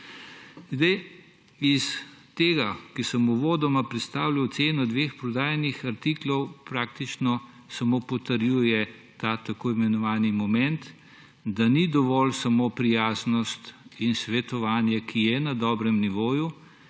krajanov. To, kar sem uvodoma predstavljal, to je ceno dveh prodajnih artiklov, praktično samo potrjuje ta tako imenovani moment, da ni dovolj samo prijaznost in svetovanje, ki je na dobrem nivoju,